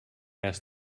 asked